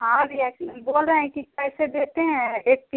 हाँ भैया इसमें बोल रहें कि कैसे देते हैं एक पी